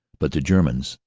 but the germans,